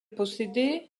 possédait